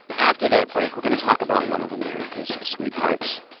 after that break, we're going to talk about one of america's sweethearts,